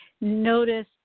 notice